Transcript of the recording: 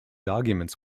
arguments